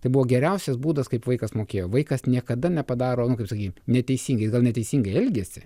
tai buvo geriausias būdas kaip vaikas mokėjo vaikas niekada nepadaro nu kaip sakyt neteisingai gal ne neteisingai elgiasi